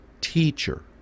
teacher